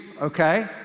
okay